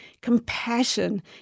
compassion